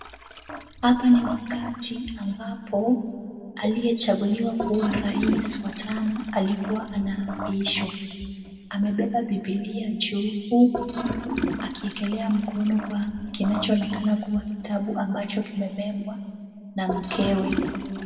Hapa ni wakati ambapo aliyechaguliwa kuwa rais wa tano alikuwa anaapishwa. Amebeba bibilia juu huku akiwekelea mkono kwa kinachoonekana kuwa kitabu, ambacho kimebebwa na mkewe.